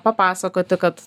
papasakoti kad